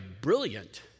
brilliant